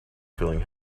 feeling